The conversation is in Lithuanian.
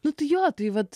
nu tai jo tai vat